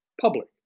public